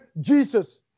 Jesus